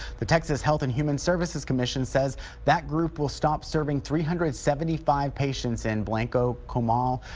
the texas health and human services commission says that group will stop serving three hundred seventy five patients in blanco, comal,